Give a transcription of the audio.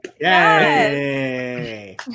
Yay